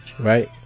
Right